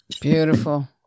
Beautiful